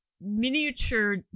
miniature